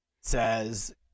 says